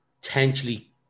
potentially